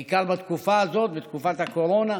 בעיקר בתקופה הזאת, בתקופת הקורונה,